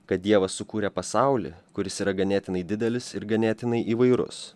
kad dievas sukūrė pasaulį kuris yra ganėtinai didelis ir ganėtinai įvairus